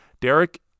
Derek